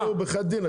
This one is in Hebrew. לא רוצה, בחיאת דינכ.